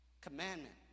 commandment